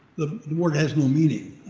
the word has no meaning.